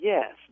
Yes